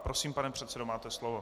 Prosím, pane předsedo, máte slovo.